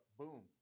boom